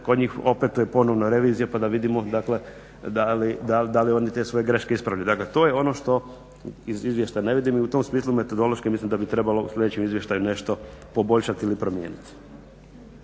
kod njih opetuje ponovno revizija pa da vidimo, dakle da li oni te svoje greške ispravljaju. Dakle, to je ono što iz izvještaja ne vidimo i u tom smislu metodološki mislim da bi trebalo u sljedećem izvještaju nešto poboljšati ili promijeniti.